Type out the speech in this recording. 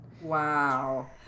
Wow